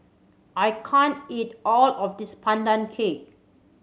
I can't eat all of this Pandan Cake